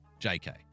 jk